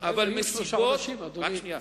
אבל מסיבות, הלוואי שהיו שלושה חודשים, אדוני.